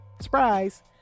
Surprise